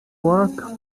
work